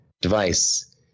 device